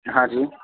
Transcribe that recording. ہاں جی